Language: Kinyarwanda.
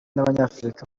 n’abanyafurika